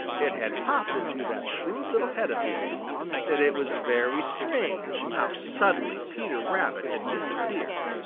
it had popped into that shrewd little head of his that it was very strange how suddenly peter rabbit had disappeared.